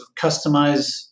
customize